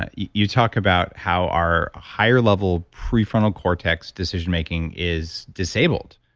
ah you talk about how our higher level prefrontal cortex decision making is disabled.